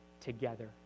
together